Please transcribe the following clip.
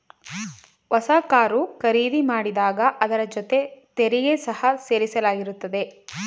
ಹೊಸ ಕಾರು ಖರೀದಿ ಮಾಡಿದಾಗ ಅದರ ಜೊತೆ ತೆರಿಗೆ ಸಹ ಸೇರಿಸಲಾಗಿರುತ್ತದೆ